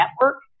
network